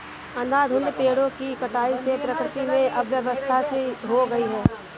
अंधाधुंध पेड़ों की कटाई से प्रकृति में अव्यवस्था सी हो गई है